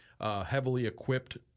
heavily-equipped